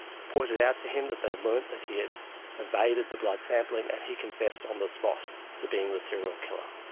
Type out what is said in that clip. pointed out to him that they'd learned that he had evaded the blood sampling, and he confessed on the spot to being the serial killer.